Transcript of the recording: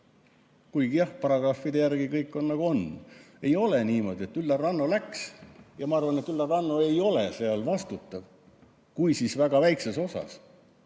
Kuigi jah, paragrahvide järgi kõik on nagu on. Ei ole niimoodi, et Üllar Lanno läks. Ma arvan, et Üllar Lanno ei ole seal vastutav, kui, siis väga väikeses osas.